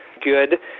good